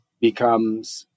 becomes